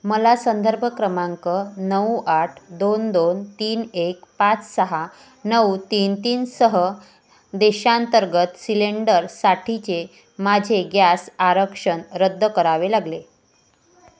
मला संदर्भ क्रमांक नऊ आठ दोन दोन तीन एक पाच सहा नऊ तीन तीन सह देशांतर्गत सिलेंडरसाठीचे माझे गॅस आरक्षण रद्द करावे लागले